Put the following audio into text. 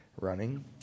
running